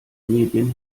medien